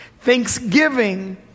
Thanksgiving